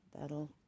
that'll